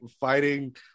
fighting